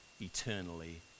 eternally